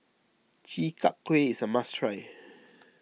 Chi Kak Kuih is a must try